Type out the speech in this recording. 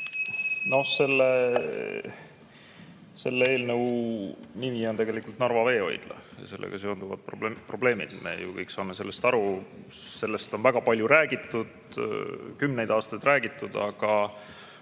Selle eelnõu nimi on tegelikult Narva veehoidla ja sellega seonduvad probleemid. Me ju kõik saame sellest aru, sellest on väga palju räägitud, kümneid aastaid räägitud, aga